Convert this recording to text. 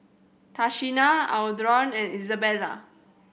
Tashina Adron and Izabella